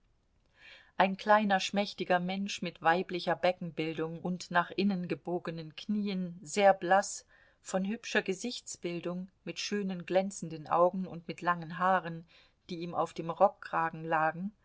ein kleiner schmächtiger mensch mit weiblicher beckenbildung und nach innen gebogenen knien sehr blaß von hübscher gesichtsbildung mit schönen glänzenden augen und mit langen haaren die ihm auf dem rockkragen lagen